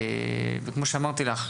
וכמו שאמרתי לך,